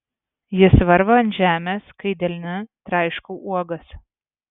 jis varva ant žemės kai delne traiškau uogas